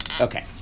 okay